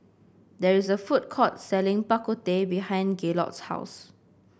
there is a food court selling Bak Kut Teh behind Gaylord's house